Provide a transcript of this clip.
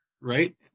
right